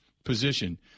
position